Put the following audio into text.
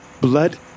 Blood